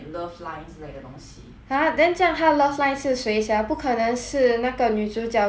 !huh! then 这样他 love line 是谁 sia 不可能是那个女主角跟那两个 brothers bah